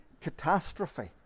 catastrophe